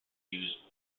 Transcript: use